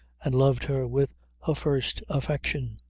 and loved her with a first affection.